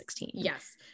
Yes